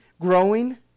growing